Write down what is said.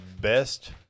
best